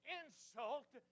insult